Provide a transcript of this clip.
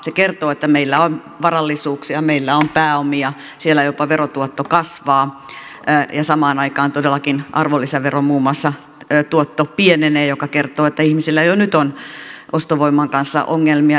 se kertoo että meillä on varallisuuksia meillä on pääomia siellä jopa verotuotto kasvaa ja samaan aikaan todellakin muun muassa arvonlisäveron tuotto pienenee mikä kertoo että ihmisillä jo nyt on ostovoiman kanssa ongelmia